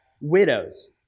widows